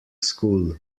school